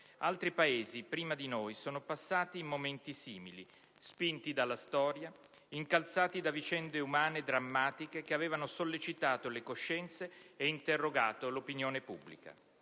altri Paesi prima di noi sono passati in momenti simili, spinti dalla storia, incalzati da vicende umane drammatiche che avevano sollecitato le coscienze e interrogato l'opinione pubblica.